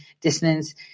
dissonance